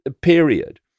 period